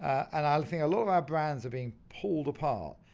and i think a lot of our brands are being pulled apart.